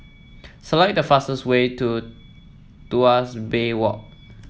select the fastest way to Tuas Bay Walk